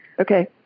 Okay